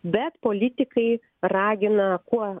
bet politikai ragina kuo